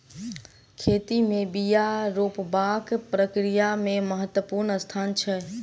खेती में बिया रोपबाक प्रक्रिया के महत्वपूर्ण स्थान छै